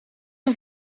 het